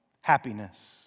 happiness